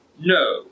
No